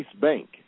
Bank